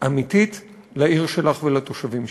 אמיתית לעיר שלך ולתושבים שלך.